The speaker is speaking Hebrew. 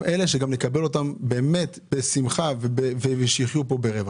אלה שגם נקבל אותם באמת בשמחה ושיחיו פה ברווח.